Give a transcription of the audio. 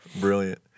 Brilliant